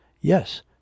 Yes